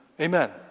Amen